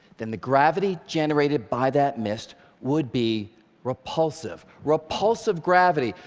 then the gravity generated by that mist would be repulsive, repulsive gravity,